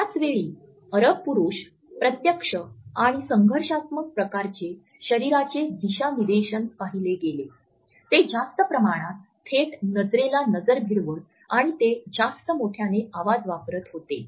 त्याच वेळी अरब पुरुष प्रत्यक्ष आणि संघर्षात्मक प्रकारचे शरीराचे दिशानिदेशन पाहिले गेले ते जास्त प्रमाणात थेट नजरेला नजर भिडवत आणि ते जास्त मोठ्याने आवाज वापरत होते